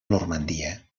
normandia